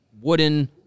wooden